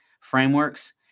frameworks